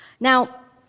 now,